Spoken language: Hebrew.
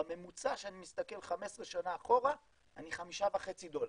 בממוצע כשאני מסתכל 15 שנה אחורה אני חמישה וחצי דולר.